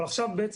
אבל עכשיו,